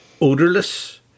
odorless